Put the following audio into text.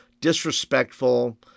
disrespectful